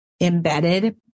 embedded